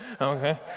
okay